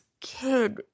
kid